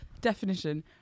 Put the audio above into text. definition